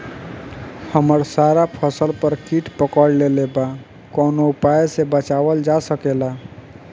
हमर सारा फसल पर कीट पकड़ लेले बा कवनो उपाय से बचावल जा सकेला?